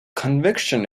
conviction